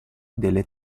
delle